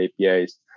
APIs